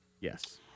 Yes